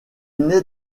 nait